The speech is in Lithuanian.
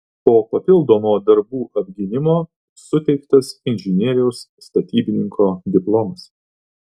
po papildomo darbų apgynimo suteiktas inžinieriaus statybininko diplomas